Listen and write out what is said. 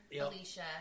Alicia